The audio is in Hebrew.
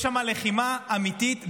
יש שם לחימה אמיתית וקשה.